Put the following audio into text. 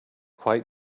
quite